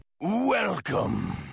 Welcome